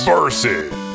Versus